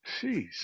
Jeez